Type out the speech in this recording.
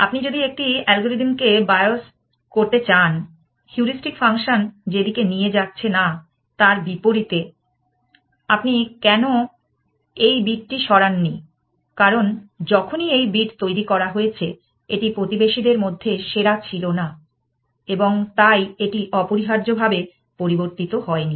আপনি যদি একটি অ্যালগরিদমকে বায়োস করতে চান হিউরিস্টিক ফাংশন যেদিকে নিয়ে যাচ্ছে না তার বিপরীতে আপনি কেন এই বিটটি সরাননি কারণ যখনই এই বিট তৈরি করা হয়েছে এটি প্রতিবেশীদের মধ্যে সেরা ছিল না এবং তাই এটি অপরিহার্যভাবে পরিবর্তিত হয়নি